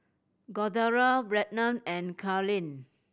Cordaro Brennan and Carleen